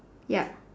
yup